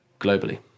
globally